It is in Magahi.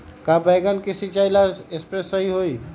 का बैगन के सिचाई ला सप्रे सही होई?